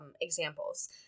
examples